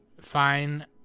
Fine